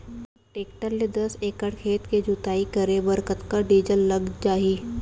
Tractor ले दस एकड़ खेत के जुताई करे बर कतका डीजल लग जाही?